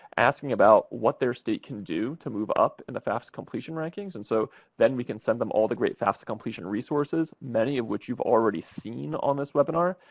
asking about what their state can do to move up in the fafsa completion rankings, rankings, and so then we can send them all the great fafsa completion resources, many of which you've already seen on this webinar,